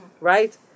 right